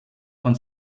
von